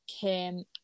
came